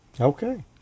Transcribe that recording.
Okay